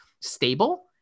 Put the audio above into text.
stable